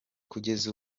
kugeza